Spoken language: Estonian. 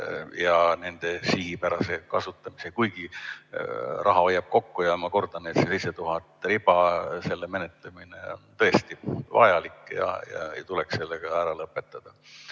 ja nende sihipärase kasutamise foonil. Kuigi raha hoiab kokku ja ma kordan, et see 7000 riba, selle menetlemine on tõesti vajalik ja tuleks sellega ära lõpetada.